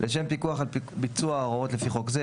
לשם פיקוח על ביצוע ההוראות לפי חוק זה,